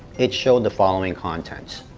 it showed the following contents